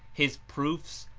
his proofs,